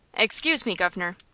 excuse me, governor!